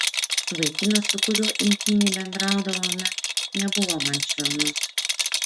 vaikinas su kuriuo intymiai bendraudavome nebuvo man švelnus